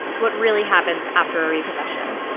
what really happens after a repossession